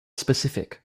specific